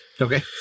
Okay